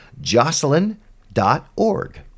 jocelyn.org